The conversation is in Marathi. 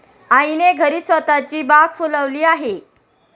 आईने घरीच स्वतःची बाग फुलवली आहे